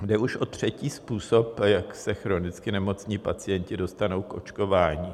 Jde už o třetí způsob, jak se chronicky nemocní pacienti dostanou k očkování.